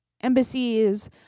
embassies